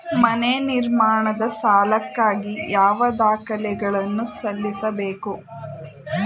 ಮನೆ ನಿರ್ಮಾಣದ ಸಾಲಕ್ಕಾಗಿ ಯಾವ ದಾಖಲೆಗಳನ್ನು ಸಲ್ಲಿಸಬೇಕು?